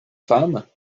femme